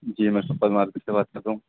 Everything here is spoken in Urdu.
جی میں سپر مارکیٹ سے بات کر رہا ہوں